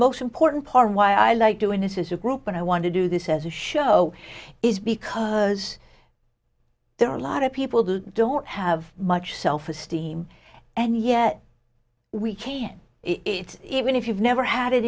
most important part of why i like doing this is a group and i want to do this as a show is because there are a lot of people who don't have much self esteem and yet we can it's even if you've never had it